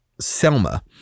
Selma